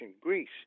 Greece